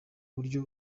buryo